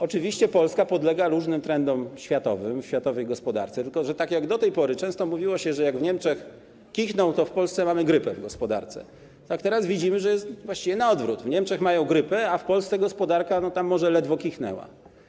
Oczywiście Polska podlega różnym trendom światowym, w światowej gospodarce, tylko że tak jak do tej pory często mówiło się, że jak w Niemczech kichną, to w Polsce mamy grypę w gospodarce, tak teraz widzimy, że jest właściwie na odwrót, w Niemczech mają grypę, a w Polsce gospodarka może ledwo kichnęła.